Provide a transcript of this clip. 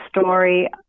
story